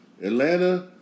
Atlanta